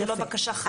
ללא בקשה חדשה.